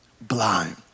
blind